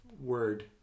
word